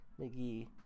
McGee